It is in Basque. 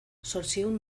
zortziehun